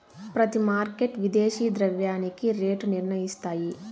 ప్రతి మార్కెట్ విదేశీ ద్రవ్యానికి రేటు నిర్ణయిస్తాయి